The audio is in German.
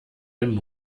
einen